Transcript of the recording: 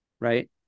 Right